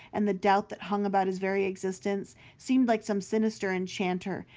and the doubt that hung about his very existence, seemed like some sinister enchanter,